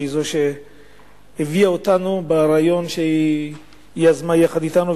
שהיא שהביאה את הרעיון שהיא יזמה יחד אתנו,